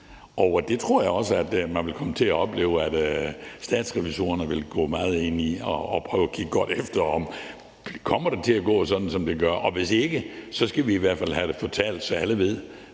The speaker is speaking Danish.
Jeg tror også, man vil komme til at opleve, at Statsrevisorerne vil gå meget ind i det og prøve at kigge godt efter, om det kommer til at gå, som det gør, og hvis ikke, skal vi i hvert fald have det fåtal, så alle ved,